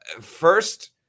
first